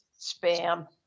spam